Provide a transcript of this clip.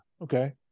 okay